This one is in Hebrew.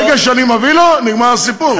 ברגע שאני מביא לו, נגמר הסיפור.